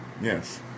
Yes